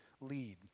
lead